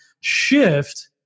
shift